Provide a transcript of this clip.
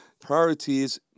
Priorities